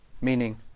Meaning